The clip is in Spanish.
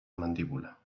mandíbula